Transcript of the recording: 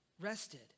rested